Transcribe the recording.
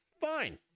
fine